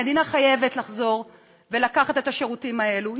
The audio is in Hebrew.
המדינה חייבת לחזור ולקחת את השירותים האלו,